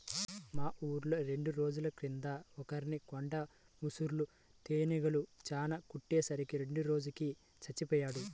మా ఊర్లో రెండు రోజుల కింద ఒకర్ని కొండ ముసురు తేనీగలు చానా కుట్టే సరికి రెండో రోజుకి చచ్చిపొయ్యాడు